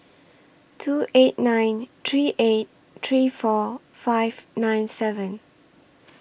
two eight nine three eight three four five nine seven